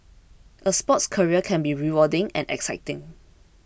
a sports career can be rewarding and exciting